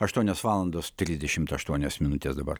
aštuonios valandos trisdešimt aštuonios minutės dabar